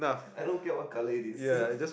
I don't care what color it is